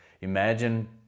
imagine